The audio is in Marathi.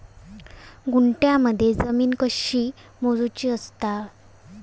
गुंठयामध्ये जमीन कशी मोजूची असता?